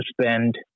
spend